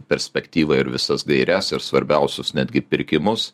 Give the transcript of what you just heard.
perspektyvą ir visas gaires ir svarbiausius netgi pirkimus